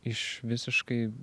iš visiškai